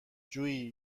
جویی